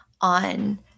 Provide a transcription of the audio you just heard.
on